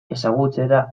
ezagutzera